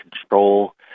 control